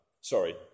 Sorry